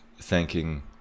thanking